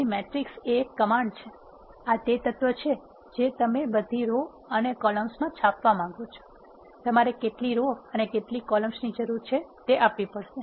તેથી મેટ્રિક્સ એ એક કમાન્ડ છેઆ તે તત્વ છે જે તમે બધી રો અને કોલમ્સ માં છાપવા માંગો છો તમારે કેટલી રો અને કેટલી કોલમ્સ ની જરુર છે તે આપવી પડશે